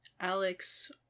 Alex